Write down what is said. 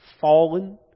fallen